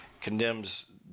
condemns